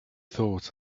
thought